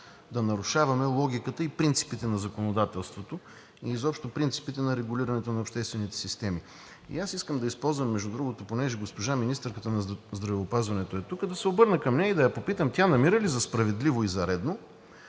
да нарушаваме логиката и принципите на законодателството и изобщо принципите на регулирането на обществените системи. Искам да използвам, между другото, понеже госпожа министърката на здравеопазването е тук, да се обърна към нея и да я попитам: тя намира ли за справедливо и за редно